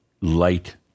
light